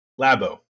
Labo